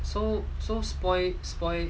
so so spoil spoil